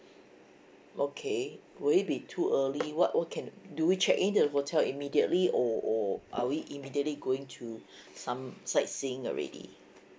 okay will it be too early what we can do we check in the hotel immediately or or are we immediately going to some sightseeing already